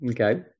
Okay